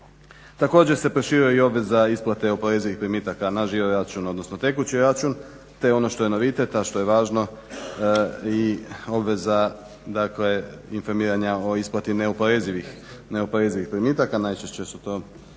Također se proširuje obveza isplate oporezivihprimitka na žiroračun odnosno tekući račun te ono što je novitet, a što je važno i obveza dakle informiranja o isplati neoporezivih primitaka, najčešće su to